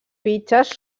fitxes